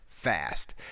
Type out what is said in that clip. fast